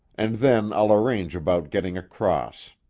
and then i'll arrange about getting across.